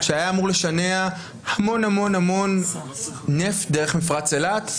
שהיה אמור לשנע המון המון המון נפט דרך מפרץ אילת,